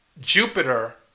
Jupiter